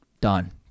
done